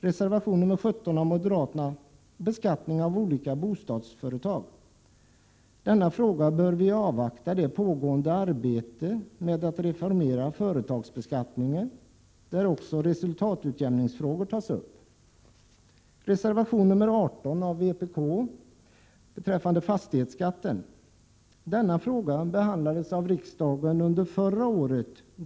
Reservation nr 17 av moderaterna handlar om beskattning av olika bostadsföretag. I denna fråga bör vi avvakta det pågående arbetet med att reformera företagsbeskattningen, där också resultatutjämningsfrågorna tas upp. Reservation nr 18 av vpk gäller fastighetsskatten. Denna fråga behandlades av riksdagen under förra året.